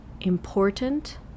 important